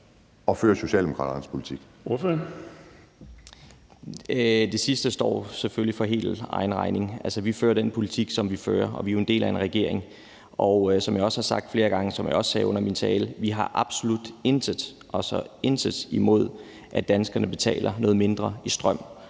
Det sidste står selvfølgelig for ordførerens helt egen regning. Vi fører den politik, som vi fører, og vi er jo en del af en regering. Som jeg også har sagt flere gange, og som jeg også sagde under min tale, har vi absolut intet, altså intet, imod, at danskerne betaler noget mindre i strøm.